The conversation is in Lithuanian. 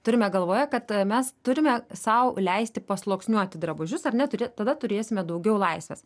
turime galvoje kad mes turime sau leisti pasluoksniuoti drabužius ar ne turė tada turėsime daugiau laisvės